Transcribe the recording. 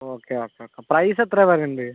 okay അപ്പോഴേക്ക് price എത്ര വരുന്നുണ്ട്